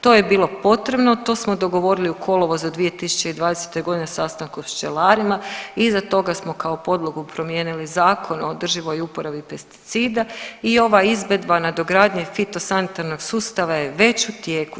To je bilo potrebno, to smo dogovorili u kolovozu 2020.g. sastankom s pčelarima, iza toga smo kao podlogu promijenili Zakon o održivoj uporabi pesticida i ova izvedba nadogradnje fitosanitarnog sustava je već u tijeku.